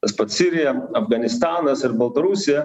tas pats sirija afganistanas ir baltarusija